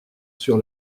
sur